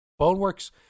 Boneworks